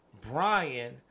Brian